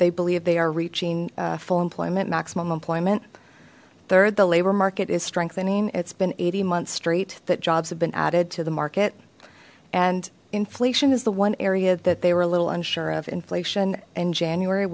they believe they are reaching full employment maximum employment third the labor market is strengthening it's been eighty months straight that jobs have been added to the market and inflation is the one area that they were a little sure of inflation in january